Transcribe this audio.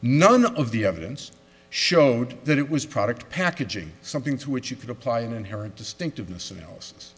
none of the evidence showed that it was product packaging something to which you could apply an inherent distinctive